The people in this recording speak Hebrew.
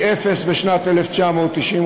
מאפס בשנת 1998,